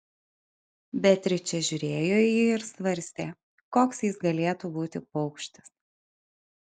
beatričė žiūrėjo į jį ir svarstė koks jis galėtų būti paukštis